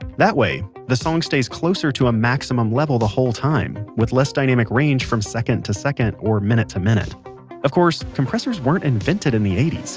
that way, the song stays closer to a maximum level the whole time, with less dynamic range from second to second, or minute to minute of course, compressors weren't invented in the eighty point s